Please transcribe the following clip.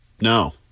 no